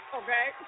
okay